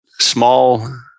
small